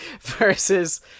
versus